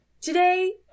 Today